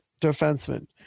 defenseman